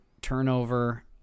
turnover